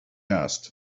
asked